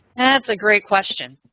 that's a great question.